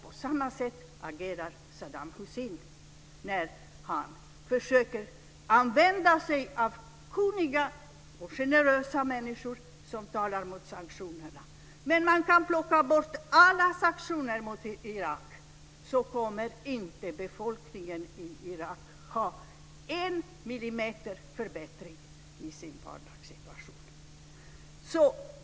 På samma sätt agerar Saddam Hussein när han försöker använda sig av kunniga och generösa människor som talar mot sanktioner. Man kan plocka bort alla sanktioner mot Irak, men befolkningen i Irak kommer inte att få en millimeters förbättring i sin vardagssituation.